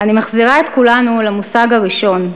אני מחזירה את כולנו למושג הראשון,